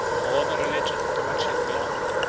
or the religion to which it belonged,